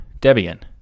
Debian